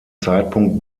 zeitpunkt